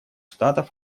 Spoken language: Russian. штатов